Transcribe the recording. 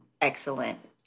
Excellent